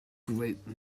group